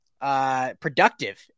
productive